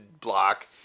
block